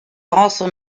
also